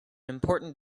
important